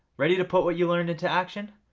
ready to put what you learned into action?